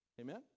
Amen